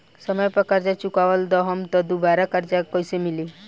समय पर कर्जा चुका दहम त दुबाराकर्जा कइसे मिली?